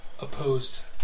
opposed